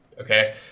Okay